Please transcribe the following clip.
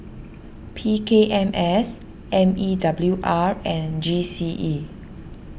P K M S M E W R and G C E